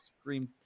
Scream